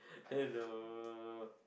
hello